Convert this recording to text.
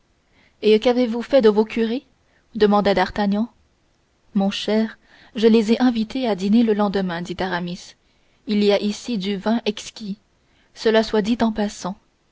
et qu'avez-vous fait de vos curés demanda d'artagnan mon cher je les ai invités à dîner le lendemain dit aramis il y a ici du vin exquis cela soit dit en passant